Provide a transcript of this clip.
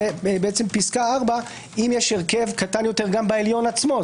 זה פסקה (4) אם יש הרכב קטן יותר גם בעליון עצמו,